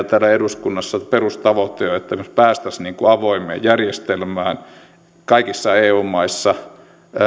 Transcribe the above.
täällä eduskunnassa kaikkien meidän perustavoite on että me pääsisimme avoimeen järjestelmään kaikissa eu maissa